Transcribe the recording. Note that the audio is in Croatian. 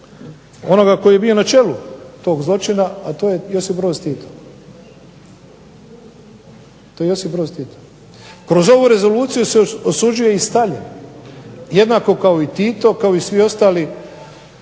onoga tko je bio na čelu tog zločina, a to je Josip Broz Tito. Kroz ovu rezoluciju se osuđuje i Staljin jednako kao i Tito, kao i svi ostali